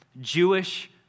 Jewish